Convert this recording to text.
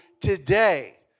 today